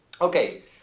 okay